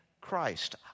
Christ